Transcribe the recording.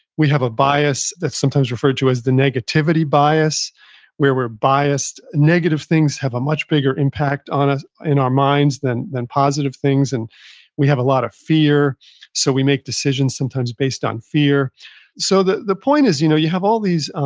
we have a bias that's sometimes referred to as the negativity bias where we're biased, negative things have a much bigger impact ah in our minds than than positive things. and we have a lot of fear so we make decisions sometimes based on fear so the the point is, you know you have all these